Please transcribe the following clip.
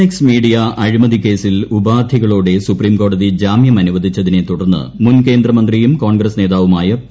X Media അഴിമതി കേസിൽ ഉപാധികളോടെ സുപ്രീംകോടതി ജാമ്യം അനുവദിച്ചതിനെ തുടർന്ന് മുൻ കേന്ദ്രമന്ത്രിയും കോൺഗ്രസ്സ് നേതാവുമായ പി